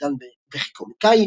רקדן וכקומיקאי,